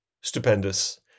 stupendous